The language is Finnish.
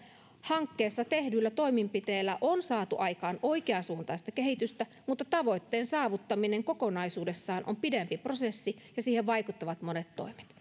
hankkeessa tehdyillä toimenpiteillä on saatu aikaan oikeansuuntaista kehitystä mutta tavoitteen saavuttaminen kokonaisuudessaan on pidempi prosessi ja siihen vaikuttavat monet toimet